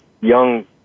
young